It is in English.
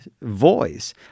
voice